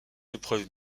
épreuves